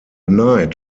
knight